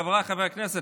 חבריי חברי הכנסת,